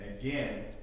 again